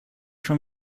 schon